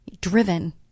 driven